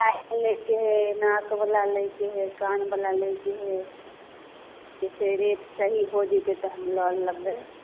पायल लैके हइ नाकवला लैके हइ कानवला लैके हइ से रेट सही हो जेतै तऽ हम लऽ लेबै